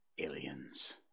aliens